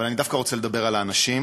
אבל אני דווקא רוצה לדבר על האנשים.